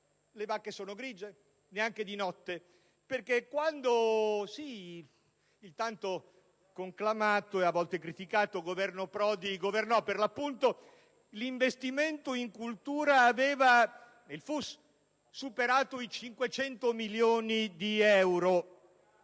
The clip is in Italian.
le vacche sono grigie, neanche di notte, e quando il tanto conclamato e a volte criticato Governo Prodi governò, per l'appunto, l'investimento in cultura (il FUS) aveva superato i 500 milioni di euro: